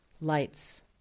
lights